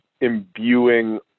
imbuing